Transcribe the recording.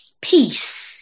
Peace